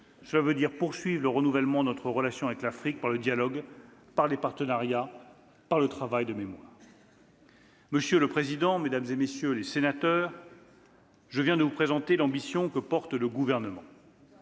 aussi poursuivre le renouvellement de notre relation avec l'Afrique, par le dialogue, par les partenariats ou encore par le travail de mémoire. « Monsieur le président, mesdames, messieurs les sénateurs, je viens de vous présenter l'ambition qui anime le Gouvernement.